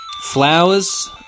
flowers